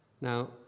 Now